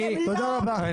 תודה רבה.